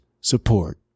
support